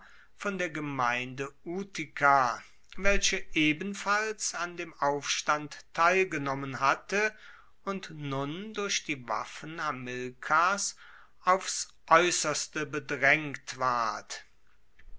von der gemeinde utica welche ebenfalls an dem aufstand teilgenommen hatte und nun durch die waffen hamilkars aufs aeusserste bedraengt ward